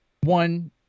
one